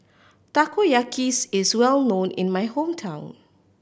takoyaki is well known in my hometown